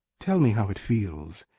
tell me how it feels.